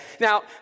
Now